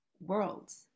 worlds